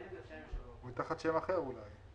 זה מתפקד פנטסטי מזה הרבה שנים,